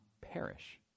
perish